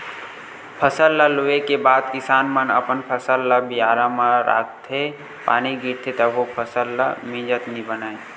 फसल ल लूए के बाद किसान मन अपन फसल ल बियारा म राखथे, पानी गिरथे तभो फसल ल मिजत नइ बनय